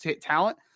talent